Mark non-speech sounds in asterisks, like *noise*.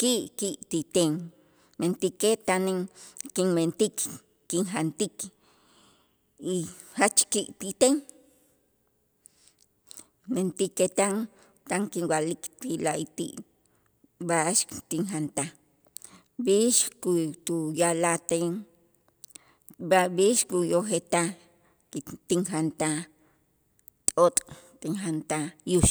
ki' ki' ti ten, mentäjkej tan in kinmentik kinjantik y jach ki' ti ten, mentäkej tan tan kinwa'lik ti la'ayti' b'a'ax tinjantaj, b'ix käy tuya'lajten b'a b'ix kutojetaj *noise* tinjantaj t'ot' tinjantaj yux.